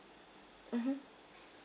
mmhmm